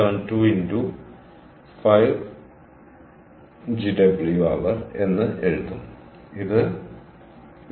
72 x 5 GW hr എന്ന് എഴുതും ഇത് 8